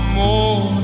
more